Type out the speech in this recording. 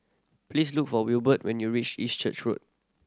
please look for Wilbert when you reach East Church Road